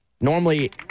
normally